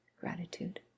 gratitude